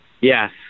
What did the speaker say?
yes